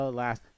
last